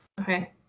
Okay